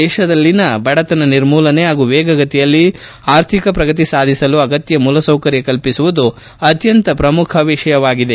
ದೇಶದಲ್ಲಿನ ಬಡತನ ನಿರ್ಮೂಲನೆ ಹಾಗೂ ವೇಗಗತಿಯಲ್ಲಿ ಆರ್ಥಿಕ ಪ್ರಗತಿ ಸಾಧಿಸಲು ಅಗತ್ಯ ಮೂಲ ಸೌಕರ್ಯ ಕಲ್ಪಿಸುವುದು ಅತ್ಯಂತ ಪ್ರಮುಖ ವಿಷಯವಾಗಿದೆ